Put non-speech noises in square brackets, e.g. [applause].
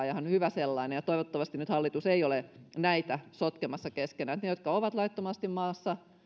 [unintelligible] ja ihan hyvä sellainen ja toivottavasti hallitus ei nyt ole näitä sotkemassa keskenään ne jotka ovat laittomasti maassa